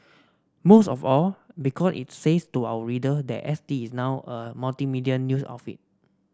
most of all because it says to our reader that S T is now a multimedia news outfit